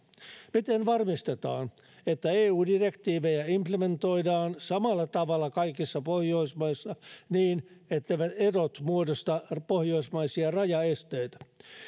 miten varmistetaan että eu direktiivejä implementoidaan samalla tavalla kaikissa pohjoismaissa niin etteivät erot muodosta pohjoismaisia rajaesteitä